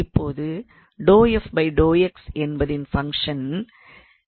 இப்பொழுது என்பதின் ஃபங்க்ஷன் 6𝑥𝑦𝑧 என ஆகும்